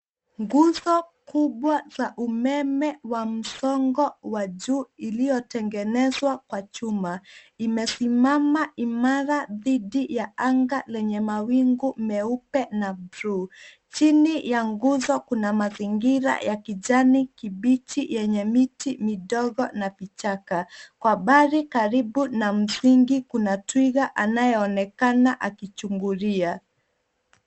Nguzo kubwa za umeme wa msongo wa juu iliyotengenezwa kwa chuma imesimama imara dhidi ya anga lenye mawingu meupe na blue .Chini ya nguzo kuna mazingira ya kijani kibichi yenye miti midogo na vichaka. Kwa mbali karibu na msingi kuna twiga anayeonekana akichungulia.